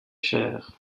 chaire